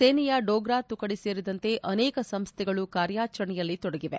ಸೇನೆಯ ಡೋಗ್ರಾ ತುಕಡಿ ಸೇರಿದಂತೆ ಅನೇಕ ಸಂಸ್ಲೆಗಳು ಕಾರ್ಯಾಚರಣೆಯಲ್ಲಿ ತೊಡಗಿದೆ